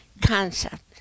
concept